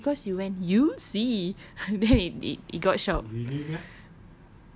no because you went you won't see then it did it got shock